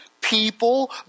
people